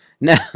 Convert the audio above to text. no